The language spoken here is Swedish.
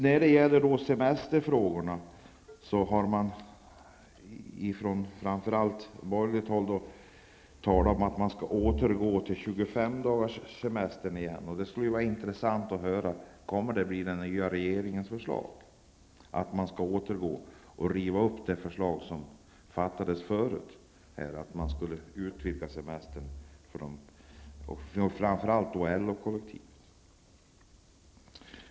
När det gäller semesterfrågorna har man från framför allt borgerligt håll talat om att man skall återgå till 25 dagars semester. Det skulle vara intressant att höra om den nya regeringen kommer att föreslå att man skall riva upp det beslut som har fattats tidigare om att utvidga semestern för framför allt LO-kollektivet.